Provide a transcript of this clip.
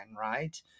right